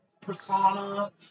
persona